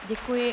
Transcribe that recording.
Děkuji.